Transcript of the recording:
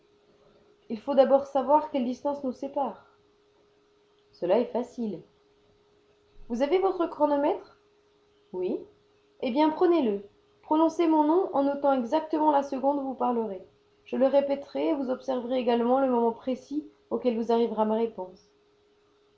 il faut d'abord savoir quelle distance nous sépare cela est facile vous avez votre chronomètre oui eh bien prenez-le prononcez mon nom en notant exactement la seconde où vous parlerez je le répéterai et vous observerez également le moment précis auquel vous arrivera ma réponse